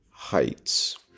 Heights